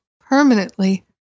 permanently